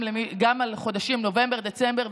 גם לחודשים נובמבר-דצמבר,